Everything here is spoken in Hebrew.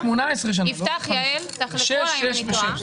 9 אחוזים